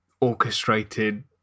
orchestrated